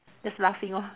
just laughing lor